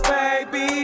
baby